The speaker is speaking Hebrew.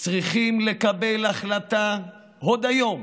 צריכים לקבל החלטה עוד היום